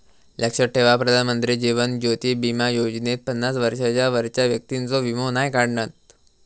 लक्षात ठेवा प्रधानमंत्री जीवन ज्योति बीमा योजनेत पन्नास वर्षांच्या वरच्या व्यक्तिंचो वीमो नाय काढणत